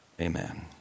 Amen